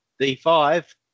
D5